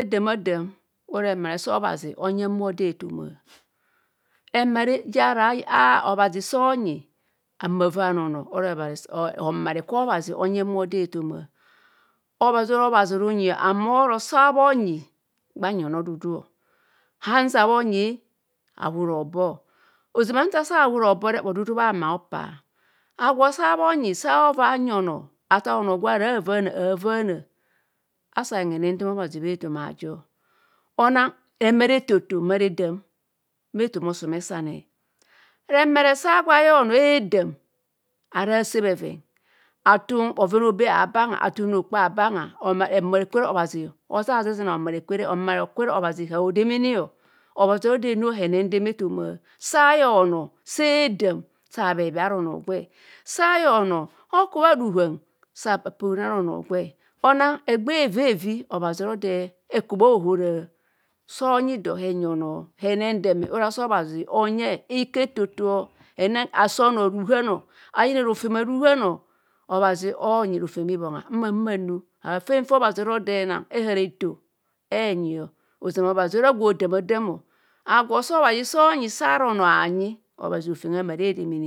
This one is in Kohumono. Remare sa redamadam ora remare so obhazi onyeng bha odo ethoma. Emane je obhazi so- onyi ahumo avaana onoo ora homare kwa obhazi onyeng bha odo ethoma obhazi ora obhazi runyi oro sabhonyi va anyi onodudu o hanza bhonyi ahure hobo ozaan nta asa ahure hobo re bhodudu bho- hama opa. Agwo sa bhonyi athaa onoo gwara avaana avaana asaa ayeng henendeme obhazi bha ethoma aajo. Onang remane eto eto mmare dam bha ethoma osomwsane remare sa agwo ayeng onoo sa redaam ara ase bheren a- thung bhoven aobe abanga athung ro kpai abanga homare kwe re obhazi ozerena homare kwere homare kwere obhazi haodemeə obhazi oro do henu enendeme ethoma saybn odo see daam sa abheebhee ara ono gwere. Sa ayeng onoo okubha ruhan sa apatro ara onoo gwe onang egbee evevi obhazi oro hekubha ohora asa onyi do hanyi onoo, hendeme ora for obhazi onu iko eto asa onoo ruhano. Ayina rojem a ruhan o anu ethoma runyi and ame oro sa onyi ahumo